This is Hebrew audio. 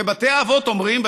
ובתי האבות אומרים,